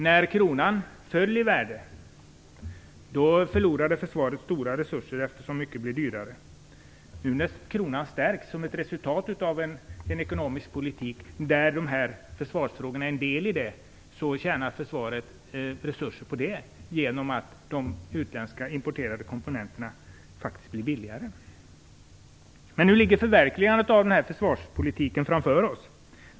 När kronan föll i värde förlorade försvaret stora resurser, eftersom mycket blev dyrare. Nu när kronan stärks som resultatet av en ekonomisk politik där försvarsfrågorna utgör en del sparar försvaret genom att utländska importerade komponenter blir billigare. Nu ligger förverkligandet av försvarspolitiken i fråga framför oss.